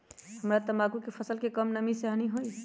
हमरा तंबाकू के फसल के का कम नमी से हानि होई?